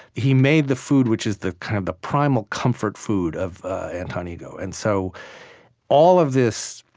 he made the food which is the kind of the primal comfort food of anton ego. and so all of this